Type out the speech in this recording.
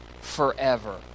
forever